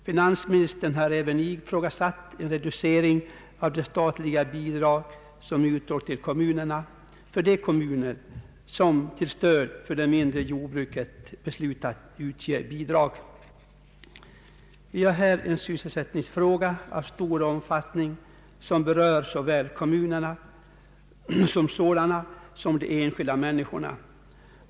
Finansministern har även ifrågasatt en reducering av de statliga bidrag som utgår till kommuner vilka beslutat utge bidrag till stöd för de mindre jordbruken. Vi har här en sysselsättningsfråga av stor omfattning vilken berör både kommunerna som sådana och de enskilda människorna.